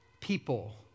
people